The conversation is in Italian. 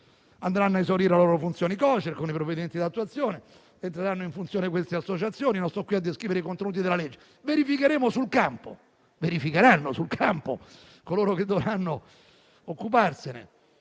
Andranno ad esaurire la loro funzione i Cocer e, con i provvedimenti di attuazione, entreranno in funzione queste associazioni. Ma non sto qui a descrivere i contenuti del disegno di legge, verificheremo sul campo. Coloro che dovranno occuparsene